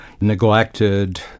neglected